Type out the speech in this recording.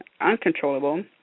uncontrollable